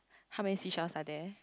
how many sea shells are there